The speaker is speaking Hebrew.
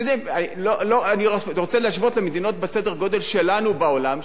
אני רוצה להשוות למדינות בסדר-גודל שלנו בעולם,